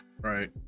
Right